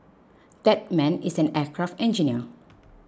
that man is an aircraft engineer